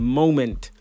moment